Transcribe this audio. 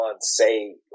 say